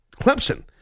Clemson